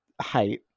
height